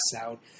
out